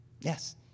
Yes